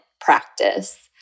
practice